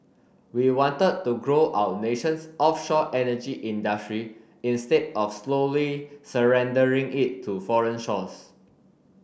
we wanted to grow our nation's offshore energy industry instead of slowly surrendering it to foreign shores